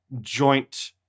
joint